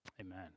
amen